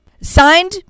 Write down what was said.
signed